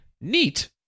neat